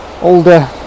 older